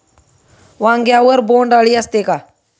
वांग्यावर बोंडअळी असते का?